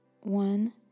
One